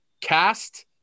cast